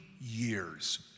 years